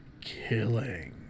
killing